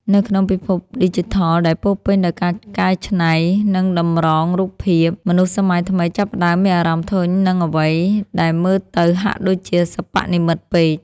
នៅក្នុងពិភពឌីជីថលដែលពោរពេញដោយការកែច្នៃ និងតម្រងរូបភាព មនុស្សសម័យថ្មីចាប់ផ្តើមមានអារម្មណ៍ធុញនឹងអ្វីដែលមើលទៅហាក់ដូចជាសិប្បនិម្មិតពេក